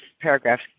paragraph